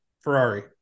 Ferrari